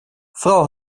frau